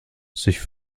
sich